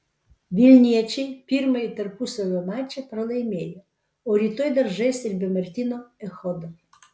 vilniečiai pirmąjį tarpusavio mačą pralaimėjo o rytoj dar žais ir be martyno echodo